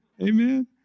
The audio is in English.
amen